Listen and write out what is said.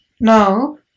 Now